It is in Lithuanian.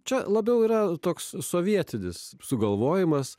čia labiau yra toks sovietinis sugalvojimas